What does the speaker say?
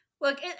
Look